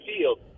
field